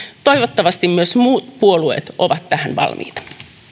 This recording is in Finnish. toivottavasti myös muut puolueet ovat tähän valmiita